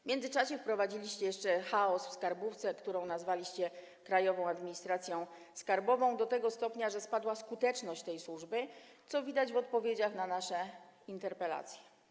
W międzyczasie wprowadziliście jeszcze chaos w skarbówce, którą nazwaliście Krajową Administracją Skarbową, do tego stopnia, że spadła skuteczność tej służby, co widać w odpowiedziach na nasze interpelacje.